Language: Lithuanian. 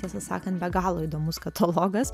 tiesą sakant be galo įdomus katalogas